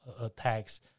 attacks